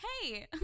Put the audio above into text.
hey